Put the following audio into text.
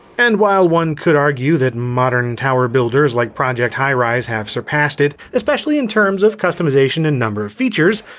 and while one could argue that modern tower builders like project highrise have surpassed it, especially in terms of customization and number of features.